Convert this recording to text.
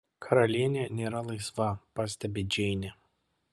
karalienė nėra laisva pastebi džeinė